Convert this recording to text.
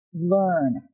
learn